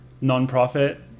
non-profit